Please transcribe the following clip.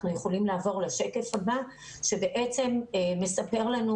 אנחנו יכולים לעבור לשקף הבא שמראה לנו